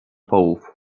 połów